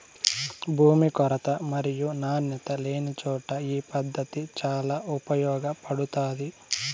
భూమి కొరత మరియు నాణ్యత లేనిచోట ఈ పద్దతి చాలా ఉపయోగపడుతాది